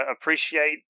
appreciate